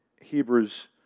Hebrews